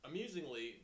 Amusingly